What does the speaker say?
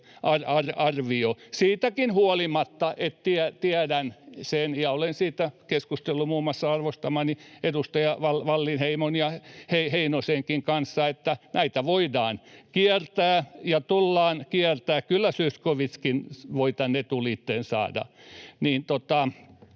siitäkin huolimatta, että tiedän sen ja olen keskustellut muun muassa arvostamieni edustajien Wallinheimon ja Heinosenkin kanssa siitä, että näitä voidaan kiertää ja tullaan kiertämään. — Kyllä Zyskowiczkin voi tämän etuliitteen saada.